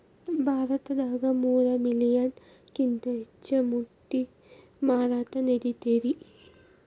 ಭಾರತದಾಗ ಮೂರ ಮಿಲಿಯನ್ ಕಿಂತ ಹೆಚ್ಚ ಮೊಟ್ಟಿ ಮಾರಾಟಾ ನಡಿತೆತಿ